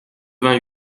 vingt